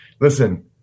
listen